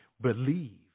believe